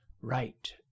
right